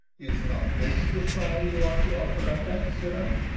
is not this the shrine you are to offer up at, sirrah!